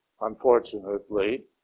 unfortunately